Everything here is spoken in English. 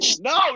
No